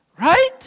Right